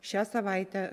šią savaitę